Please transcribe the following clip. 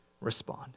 respond